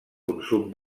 consum